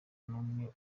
n’umwe